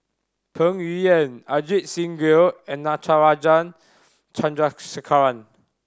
Peng Yuyun Ajit Singh Gill and Natarajan Chandrasekaran